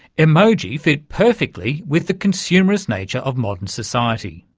emoji fit perfectly with the consumerist nature of modern society.